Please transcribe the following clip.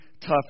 tough